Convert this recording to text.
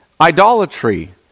idolatry